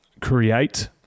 create